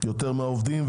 גם מהעובדים,